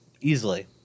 Easily